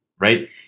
right